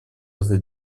это